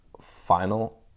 final